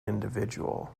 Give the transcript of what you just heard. individual